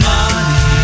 Money